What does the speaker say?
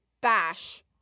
bash